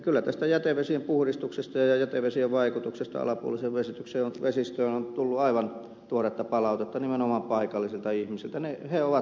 kyllä tästä jätevesien puhdistuksesta ja jätevesien vaikutuksesta alapuoliseen vesistöön on tullut aivan tuoretta palautetta nimenomaan paikallisilta ihmisiltä